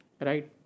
Right